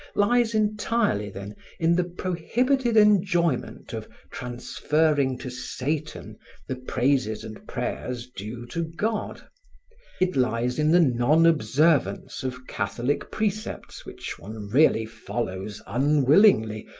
lies entirely then in the prohibited enjoyment of transferring to satan the praises and prayers due to god it lies in the non-observance of catholic precepts which one really follows unwillingly,